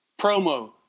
promo